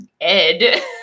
Ed